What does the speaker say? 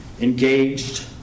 engaged